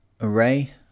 Array